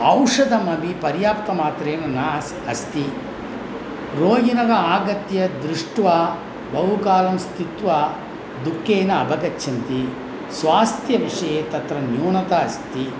औषधमपि पर्याप्तमात्रेण न आस् अस्ति रोगिणः आगत्य दृष्ट्वा बहुकालं स्थित्वा दुःखेन अपगच्छन्ति स्वास्थ्यविषये तत्र न्यूनता अस्ति